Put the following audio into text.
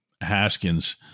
Haskins